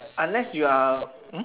unless you are hmm